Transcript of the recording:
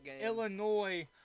Illinois